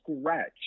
scratch